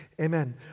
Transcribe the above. Amen